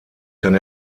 kann